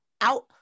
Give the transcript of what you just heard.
out